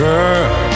Girl